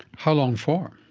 how long for?